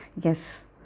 Yes